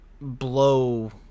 blow